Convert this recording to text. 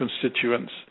constituents